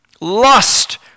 lust